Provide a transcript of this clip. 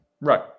Right